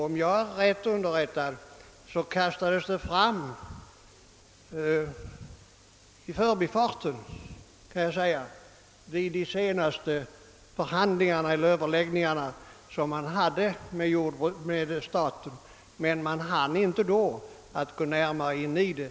Om jag är riktigt underrättad kastades tanken fram i förbifarten vid de senaste överläggningarna med regeringen, men man hann då inte gå närmare in på frågan.